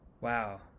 Wow